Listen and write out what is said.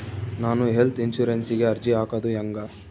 ನಾನು ಹೆಲ್ತ್ ಇನ್ಸುರೆನ್ಸಿಗೆ ಅರ್ಜಿ ಹಾಕದು ಹೆಂಗ?